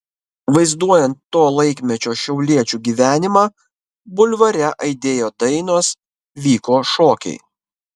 vaizduojant to laikmečio šiauliečių gyvenimą bulvare aidėjo dainos vyko šokiai